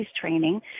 training